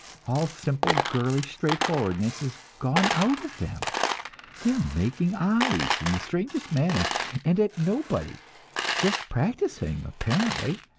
all simple, girlish straightforwardness is gone out of them they are making eyes, in the strangest manner and at nobody just practicing, apparently.